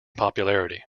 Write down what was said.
popularity